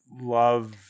love